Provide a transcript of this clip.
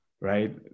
right